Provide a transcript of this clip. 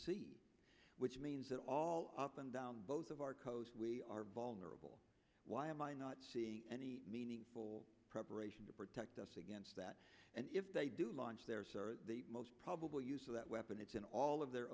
sea which means that all up and down both of our coast we are vulnerable why am i not seeing any meaningful preparation to protect us against that and if they do launch their most probable use of that weapon it's in all of their